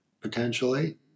potentially